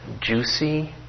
juicy